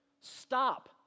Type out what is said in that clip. Stop